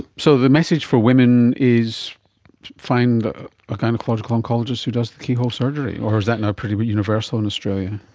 so the message for women is find a ah gynaecological oncologist who does the keyhole surgery? or is that now pretty but universal in australia?